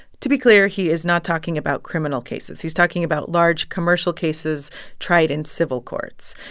to be clear, he is not talking about criminal cases. he's talking about large commercial cases tried in civil courts.